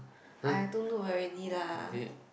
I don't know already lah